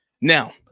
Now